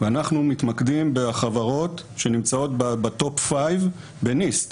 ואנחנו מתמקדים בחברות שנמצאות ב- top fiveב-NIST,